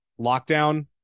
lockdown